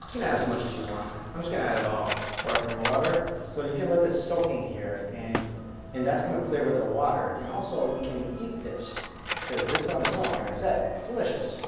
you can add as much as you want i'm just gonna add it all. sparkling water so you can let this soak in here and and that's gonna flavor the water and also you can eat this because this on its own like i said delicious,